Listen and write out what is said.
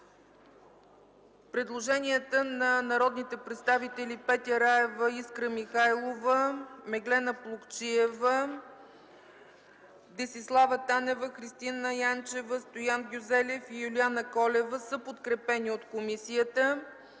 Предложенията на народните представители Петя Раева, Искра Михайлова, Меглена Плугчиева, Десислава Танева, Кристина Янчева, Стоян Гюзелев и Юлиана Колева са подкрепени от комисията.